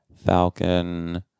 falcon